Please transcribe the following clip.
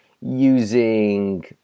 using